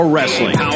Wrestling